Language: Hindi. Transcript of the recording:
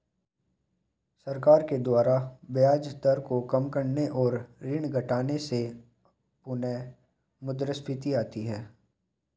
सरकार के द्वारा ब्याज दर को काम करने और ऋण घटाने से पुनःमुद्रस्फीति आती है